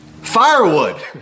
firewood